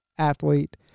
athlete